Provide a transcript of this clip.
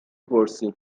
پرسی